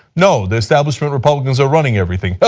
no, the establishment republicans are running everything.